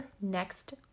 next